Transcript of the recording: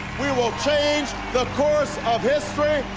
we will change the course of history,